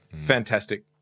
Fantastic